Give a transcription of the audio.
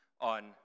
on